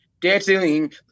dancing